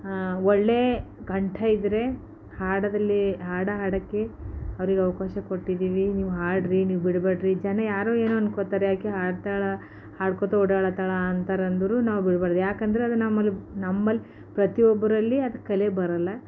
ಒಳ್ಳೆ ಕಂಠ ಇದ್ದರೆ ಹಾಡೋದ್ರಲ್ಲಿ ಹಾಡು ಹಾಡೋಕ್ಕೆ ಅವ್ರಿಗೆ ಅವಕಾಶ ಕೊಟ್ಟಿದ್ದೀವಿ ನೀವು ಹಾಡ್ರೀ ನೀವು ಬಿಡ್ಬೇಡ್ರಿ ಜನ ಯಾರೋ ಏನೋ ಅಂದ್ಕೋತಾರೆ ಆಕೆ ಹಾಡ್ತಾಳೆ ಹಾಡ್ಕೊತ ಅಂತಾರಂದ್ರು ನಾವು ಬಿಡ್ಬಾರ್ದು ಏಕೆಂದ್ರೆ ಅದು ನಮ್ಮ ನಮ್ಮಲ್ಲಿ ಪ್ರತಿಯೊಬ್ಬರಲ್ಲಿ ಅದು ಕಲೆ ಬರಲ್ಲ